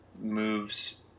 moves